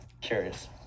Curious